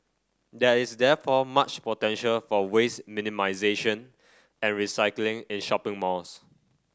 there is therefore much potential for waste minimization and recycling in shopping malls